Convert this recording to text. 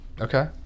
Okay